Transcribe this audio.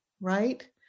Right